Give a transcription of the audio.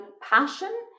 passion